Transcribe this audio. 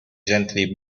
gently